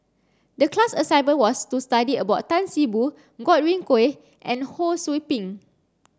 the class assignment was to study about Tan See Boo Godwin Koay and Ho Sou Ping